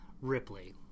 Ripley